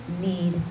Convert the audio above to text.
need